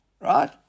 Right